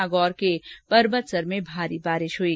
नागौर के परबतसर में भारी बारिश हई